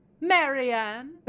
Marianne